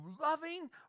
loving